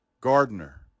gardener